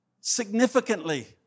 significantly